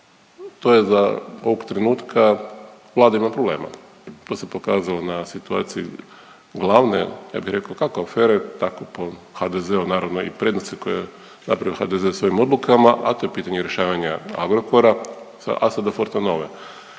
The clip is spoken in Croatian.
to je da ovog trenutka Vlada ima problema. To se pokazalo na situaciji glavne ja bi rekao kako afere tako po HDZ-u naravno i prednosti koje je napravio HDZ svojim odlukama, a to je pitanje rješavanja Agrokora, a sada Fortenove.